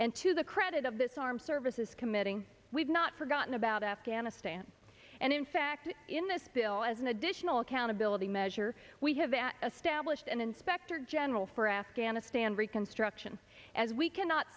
and to the credit of this armed services committing we've not forgotten about afghanistan and in fact in this bill as an additional accountability measure we have a stablished an inspector general for afghanistan reconstruction as we cannot